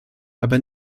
aber